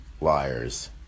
liars